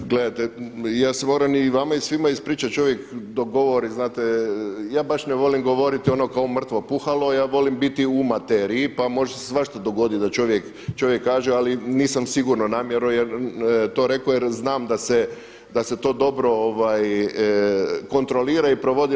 Pa gledajte, ja se moram i vama i svima ispričati, čovjek dok govori, znate, ja baš ne volim govoriti ono kao mrtvo puhalo, ja volim biti u materiji, pa može se svašta dogoditi da čovjek kaže ali nisam sigurno namjerno to rekao jer znam da se to dobro kontrolira i provoditi.